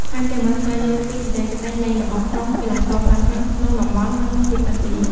ថែមទាំងបានស្វែងយល់ពីបច្ចេកទេសលេងរបស់ក្រុមកីឡាករខ្លាំងៗក្នុងតំបន់ និងទ្វីបអាស៊ី។